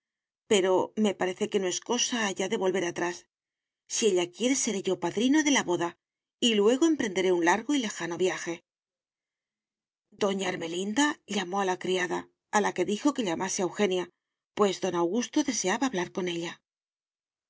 pero me parece que no es cosa ya de volver atrás si ella quiere seré yo padrino de la boda y luego emprenderé un largo y lejano viaje doña ermelinda llamó a la criada a la que dijo que llamase a eugenia pues don augusto deseaba hablar con ella